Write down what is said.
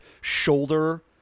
shoulder